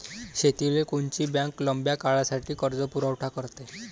शेतीले कोनची बँक लंब्या काळासाठी कर्जपुरवठा करते?